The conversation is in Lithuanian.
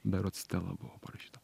berods stela buvo parašyta